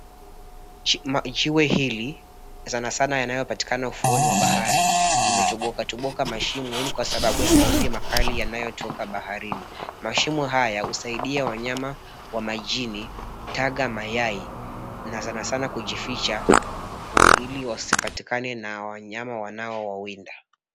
Jiwe hili sanasana yanayopatikanana ufuoni mwa bahari imetobokatoboka mashimo. Hii ni kwa sababu ya mawimbi makali yanayotoka baharini. Mashimo haya husaidia wanyama wa majini kutaga mayai na sanasana kujificha huku ili wasipatikane na wanyama wanaowawinda.